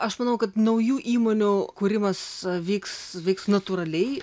aš manau kad naujų įmonių kūrimas vyks vyks natūraliai